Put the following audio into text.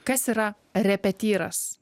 kas yra repetyras